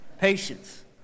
Patience